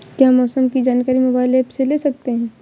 क्या मौसम की जानकारी मोबाइल ऐप से ले सकते हैं?